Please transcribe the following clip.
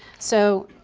so